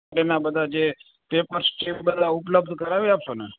એના બધાં જે પેપર્સ છે એ બધાં ઉપલબ્ધ કરાવી આપશો ને